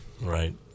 Right